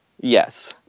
Yes